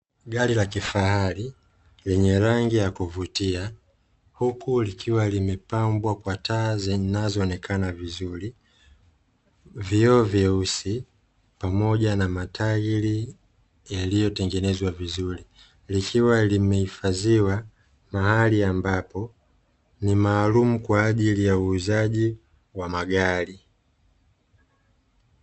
Gari la kifahari lenye rangi ya kuvutia, huku likiwa limepambwa kwa taa zinazoonekana vizuri, vioo vyeusi pamoja na matairi yaliyotengenezwa vizuri, likiwa limehifadhiwa mahali ambapo ni maalum kwa ajili ya uuzaji wa magari.